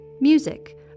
Music